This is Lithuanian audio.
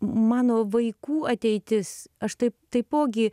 mano vaikų ateitis aš taip taipogi